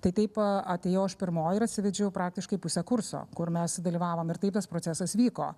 tai taip atėjau aš pirmoji ir atsivedžiau praktiškai pusę kurso kur mes dalyvavom ir taip tas procesas vyko